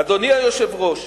אדוני היושב-ראש,